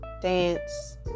Dance